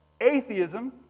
Atheism